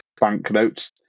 banknotes